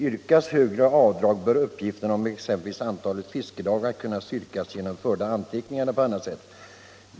Yrkas högre avdrag, bör uppgifterna om exempelvis antalet fiskedagar kunna styrkas genom förda anteckningar eller på annat sätt.